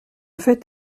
fait